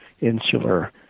insular